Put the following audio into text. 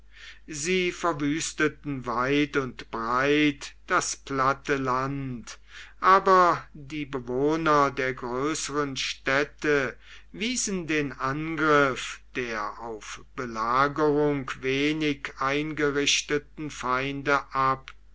sie verwüsteten weit und breit das platte land aber die bewohner der größeren städte wiesen den angriff der auf belagerung wenig eingerichteten feinde ab